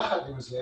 יחד עם זה,